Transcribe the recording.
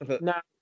Now